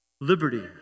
liberty